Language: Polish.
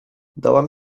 dałam